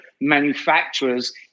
manufacturers